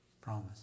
Promise